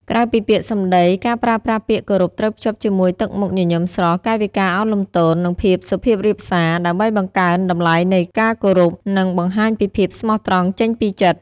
ក្រៅពីពាក្យសម្ដី ការប្រើប្រាស់ពាក្យគោរពត្រូវភ្ជាប់ជាមួយទឹកមុខញញឹមស្រស់ កាយវិការឱនលំទោន និងភាពសុភាពរាបសា ដើម្បីបង្កើនតម្លៃនៃការគោរព និងបង្ហាញពីភាពស្មោះត្រង់ចេញពីចិត្ត។